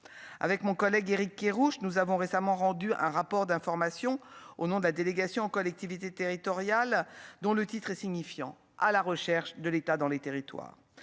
avec mon collègue Éric Kerrouche nous avons récemment rendu un rapport d'information au nom de la délégation aux collectivités territoriales, dont le titre est signifiant à la recherche de l'État dans les territoires,